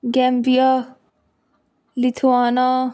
Gambia Lithuania